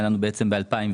היה לנו תקציב המשכי ב-2006,